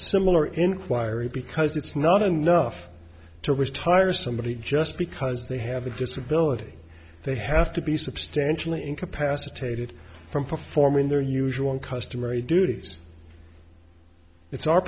similar inquiry because it's not enough to retire somebody just because they have a disability they have to be substantially incapacitated from performing their usual and customary duties it's our